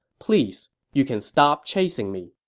please, you can stop chasing me.